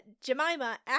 Jemima